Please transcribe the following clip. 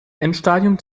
endstadium